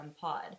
Pod